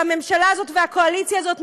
הממשלה הזאת והקואליציה הזאת,